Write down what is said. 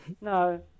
No